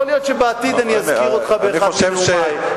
יכול להיות שבעתיד אני אזכיר אותך באחד מנאומי,